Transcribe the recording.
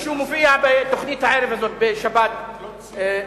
שמישהו מופיע בתוכנית הערב הזאת בשבת בערוץ-10,